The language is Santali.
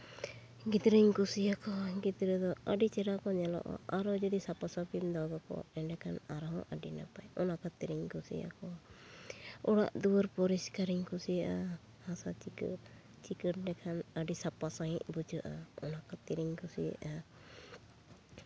ᱜᱤᱫᱽᱨᱟᱹᱧ ᱠᱩᱥᱤᱭᱟᱠᱚᱣᱟ ᱜᱤᱫᱽᱨᱟᱹ ᱫᱚ ᱟᱹᱰᱤ ᱪᱮᱦᱨᱟ ᱠᱚ ᱧᱮᱞᱚᱜᱼᱟ ᱟᱨᱦᱚᱸ ᱡᱩᱫᱤ ᱥᱟᱯᱷᱟᱼᱥᱟᱯᱷᱤᱢ ᱫᱚᱦᱚ ᱠᱟᱠᱚᱣᱟ ᱮᱸᱰᱮᱠᱷᱟᱱ ᱟᱨᱦᱚᱸ ᱟᱹᱰᱤ ᱱᱟᱯᱟᱭ ᱚᱱᱟ ᱠᱷᱟᱹᱛᱤᱨᱤᱧ ᱠᱩᱥᱤᱭᱟᱚᱣᱟ ᱚᱲᱟᱜᱼᱫᱩᱣᱟᱹᱨ ᱯᱚᱨᱤᱥᱠᱟᱨᱧ ᱠᱩᱥᱤᱭᱟᱜᱼᱟ ᱦᱟᱥᱟ ᱪᱤᱸᱠᱟᱹᱬ ᱪᱤᱸᱠᱟᱹᱬ ᱞᱮᱠᱷᱟᱱ ᱟᱹᱰᱤ ᱥᱟᱯᱷᱟ ᱥᱟᱺᱦᱤᱡ ᱵᱩᱡᱷᱟᱹᱜᱼᱟ ᱚᱱᱟ ᱠᱷᱟᱹᱛᱤᱨᱤᱧ ᱠᱩᱥᱤᱭᱟᱜᱼᱟ